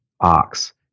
ox